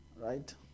Right